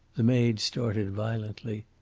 the maid started violently.